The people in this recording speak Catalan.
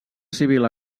civil